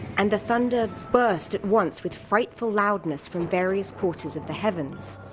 and the thunder burst at once with frightful loudness from various quarters of the heavens.